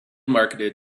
marketed